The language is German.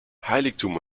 heiligtum